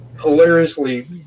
hilariously